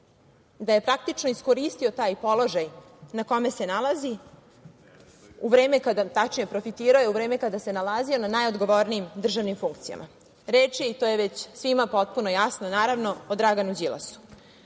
da je praktično iskoristio taj položaj na kome se nalazi, tačnije, profitirao je u vreme kada se nalazio na najodgovornijim državnim funkcijama. Reč je, i to je već svima potpuno jasno, o Draganu